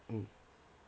mm